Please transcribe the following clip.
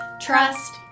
trust